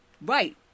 Right